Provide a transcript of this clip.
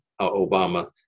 Obama